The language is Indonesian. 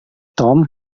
tom